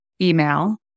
email